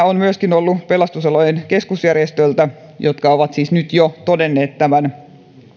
on tullut myöskin pelastusalan keskusjärjestöltä joka on siis nyt jo todennut tämän